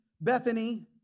Bethany